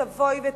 ו"תבואי ותלכי"